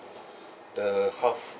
the half